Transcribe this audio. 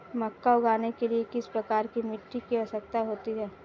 मक्का उगाने के लिए किस प्रकार की मिट्टी की आवश्यकता होती है?